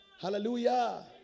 Hallelujah